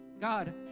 God